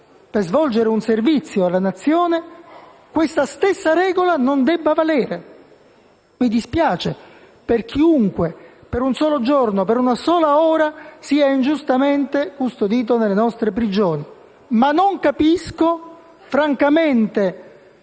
per svolgere un servizio alla Nazione questa stessa regola non debba valere. Mi dispiace per chiunque, per un solo giorno, per una sola ora, sia ingiustamente custodito nelle nostre prigioni. Ma francamente,